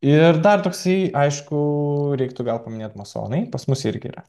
ir dar toksai aišku reiktų gal paminėt masonai pas mus irgi yra